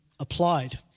applied